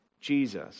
Jesus